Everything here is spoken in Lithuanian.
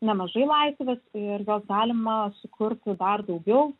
nemažai laisvės ir jos galima sukurti dar daugiau